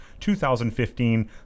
2015